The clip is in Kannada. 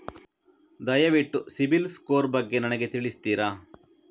ದಯವಿಟ್ಟು ಸಿಬಿಲ್ ಸ್ಕೋರ್ ಬಗ್ಗೆ ನನಗೆ ತಿಳಿಸ್ತಿರಾ?